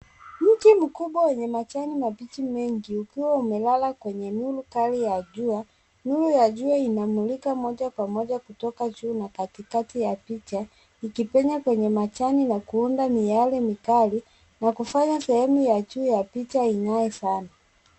Mti mkubwa wenye majani mabichi mengi, ukiwa umelala kwenye nuru kali ya jua. Nuru ya jua inamulika moja kwa moja, kutoka juu na katikati ya picha, ikipenya kwenye majani na kuunda miale mikali, na kufanya sehemu ya juu ya picha ing'ae sana.